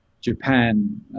Japan